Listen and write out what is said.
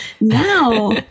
Now